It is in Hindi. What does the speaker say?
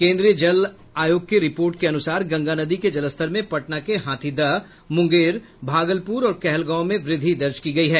केन्द्रीय जल आयोग की रिपोर्ट के अनुसार गंगा नदी के जलस्तर में पटना के हाथीदह मुंगेर भागलपुर और कहलगांव में वृद्धि दर्ज की गयी है